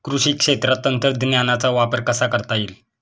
कृषी क्षेत्रात तंत्रज्ञानाचा वापर कसा करता येईल?